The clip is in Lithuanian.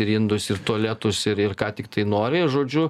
ir indus ir tualetus ir ir ką tiktai nori žodžiu